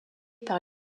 par